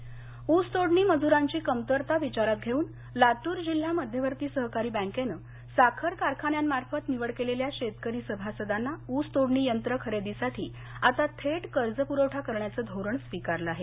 कर्जपरवठा लातर उस तोडणी मजुरांची कमतरता विचारात घेऊन लातूर जिल्हा मध्यवर्ती सहकारी बँकेनं साखर कारखान्यामार्फत निवड केलेल्या शेतकरी सभासदांना उस तोडणी यंत्र खरेदीसाठी आता थेट कर्ज प्रवठा करण्याचं धोरण स्विकारलं आहे